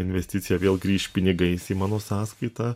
investicija vėl grįš pinigais į mano sąskaitą